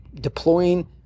deploying